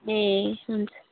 ए हुन्छ